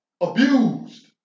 abused